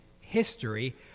history